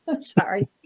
Sorry